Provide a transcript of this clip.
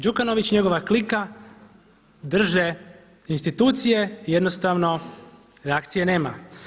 Đukanović i njegova klika drže institucije i jednostavno reakcije nema.